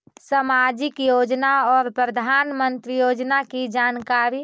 समाजिक योजना और प्रधानमंत्री योजना की जानकारी?